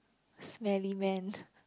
smelly man